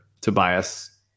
Tobias